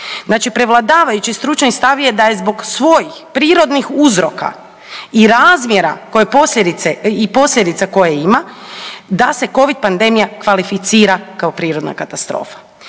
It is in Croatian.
Znači prevladavajući stručni stav je da je zbog svojih prirodnih uzroka i razmjera i posljedica koje ima da se covid panedmija kvalificira kao prirodna katastrofa.